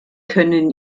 können